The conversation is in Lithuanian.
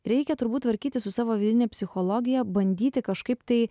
reikia turbūt tvarkytis su savo vidine psichologija bandyti kažkaip tai